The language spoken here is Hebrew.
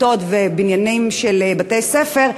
כיתות ובניינים של בתי-ספר,